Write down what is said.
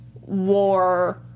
war